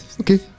okay